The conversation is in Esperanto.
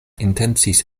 intencis